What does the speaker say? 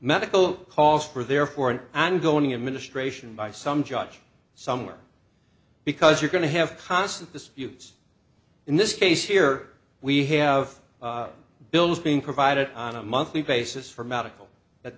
medical costs were there for an ongoing administration by some judge somewhere because you're going to have constant disputes in this case here we have bills being provided on a monthly basis for medical that